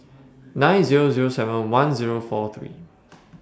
nine Zero Zero seven one Zero four three